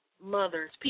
mothers